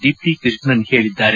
ದೀಪ್ತಿ ಕೃಷ್ಣನ್ ಹೇಳಿದ್ದಾರೆ